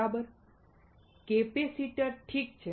બરાબર કેપેસિટર ઠીક છે